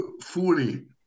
fully